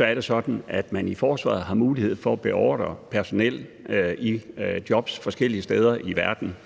er det sådan, at man i Forsvaret har mulighed for at beordre personel i jobs forskellige steder i verden.